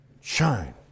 Shine